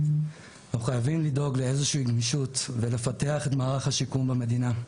לכן חייבים לדאוג לאיזו שהיא גמישות ולפתח את מערך השיקום במדינה,